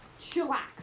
Chillax